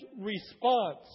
response